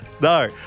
No